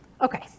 Okay